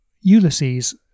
Ulysses